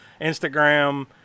Instagram